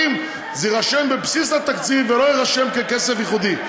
זה יירשם בבסיס התקציב ולא יירשם ככסף ייחודי.